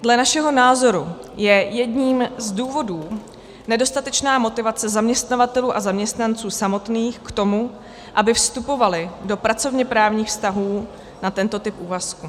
Dle našeho názoru je jedním z důvodů nedostatečná motivace zaměstnavatelů a zaměstnanců samotných k tomu, aby vstupovali do pracovněprávních vztahů na tento typ úvazku.